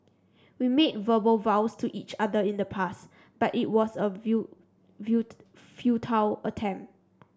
we made verbal vows to each other in the past but it was a will wield futile attempt